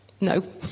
no